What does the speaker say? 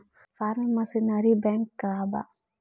Form machinery bank का बा?